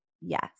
Yes